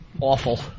awful